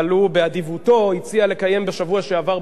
אבל הוא באדיבותו הציע לקיים בשבוע שעבר,